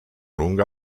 lunga